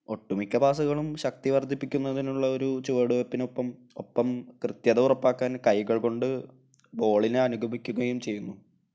ഒട്ടുമിക്ക പാസുകളും ശക്തി വർദ്ധിപ്പിക്കുന്നതിനുള്ള ഒരു ചുവടുവെപ്പിനൊപ്പം ഒപ്പം കൃത്യത ഉറപ്പാക്കാൻ കൈകൾ കൊണ്ട് ബോളിനെ അനുഗമിക്കുകയും ചെയ്യുന്നു